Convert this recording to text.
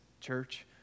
church